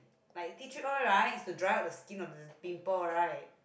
like tea tree oil right it's to dry out the skin of the pimple right